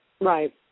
Right